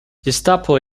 gestapo